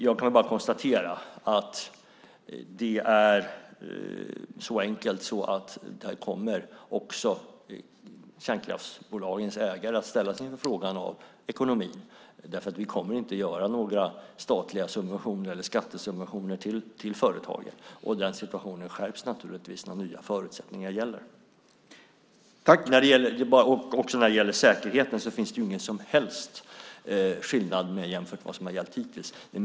Jag kan väl bara konstatera att det är mycket enkelt: Också kärnkraftsbolagens ägare kommer att ställas inför frågan om ekonomin. Vi kommer inte att ha några statliga subventioner eller skattesubventioner till företagen. Den situationen skärps naturligtvis när nya förutsättningar gäller. När det gäller säkerheten finns det ingen som helst skillnad jämfört med vad som hittills gällt.